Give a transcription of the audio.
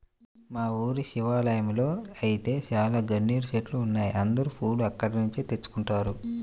మా ఊరి శివాలయంలో ఐతే చాలా గన్నేరు చెట్లున్నాయ్, అందరూ పూలు అక్కడ్నుంచే తెచ్చుకుంటారు